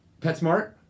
PetSmart